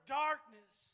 darkness